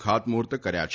ખાતમુહૂર્ત કર્યા છે